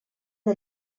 una